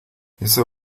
esa